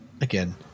again